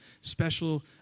special